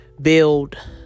build